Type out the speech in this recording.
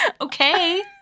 Okay